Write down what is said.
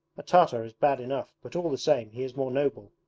a tartar is bad enough, but all the same he is more noble.